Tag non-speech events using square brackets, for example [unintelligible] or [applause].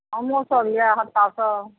आमो सब यऽ [unintelligible]